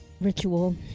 ritual